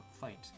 fight